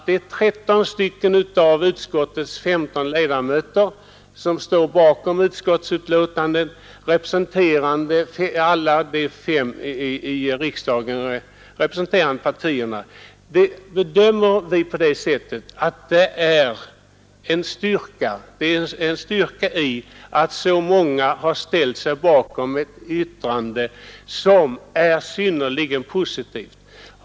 13 av utskottets 15 ledamöter står bakom uttalandet, representerande alla de fem i riksdagen företrädda partierna. Jag bedömer det som en styrka att så många har ställt sig bakom ett yttrande som är så positivt.